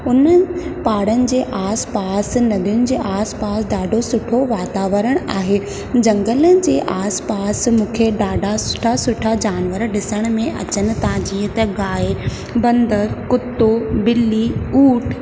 उन पहाड़नि जे आस पास नदियुनि जे आस पास ॾाढो सुठो वातावरण आहे जंगलनि जे आस पास मूंखे ॾाढा सुठा सुठा जानवर ॾिसण में अचनि था जीअं त गांहि बंदर कुतो बिल्ली ऊंट